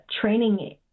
training